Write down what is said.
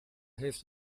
heeft